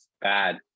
bad